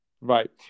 Right